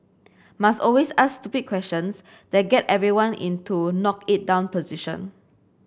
must always ask stupid questions that get everyone into knock it down position